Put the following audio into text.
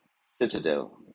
citadel